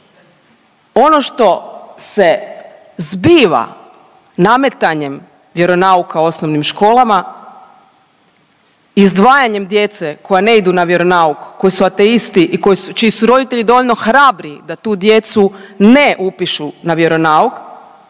Ono što se zbiva nametanjem vjeronauka u osnovnim školama izdvajanjem djece koja ne idu na vjeronauk, koji su ateisti i čiji su roditelji dovoljno hrabri da tu djecu ne upišu na vjeronauk,